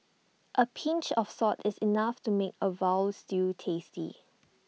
A pinch of salt is enough to make A Veal Stew tasty